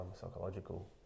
psychological